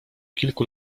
kilku